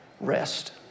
rest